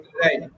Right